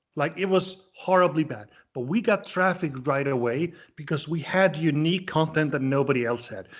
like it was horribly bad, but we got traffic right away because we had unique content that nobody else had.